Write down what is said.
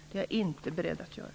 Det är jag inte beredd att göra.